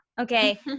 Okay